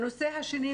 הנושא השני,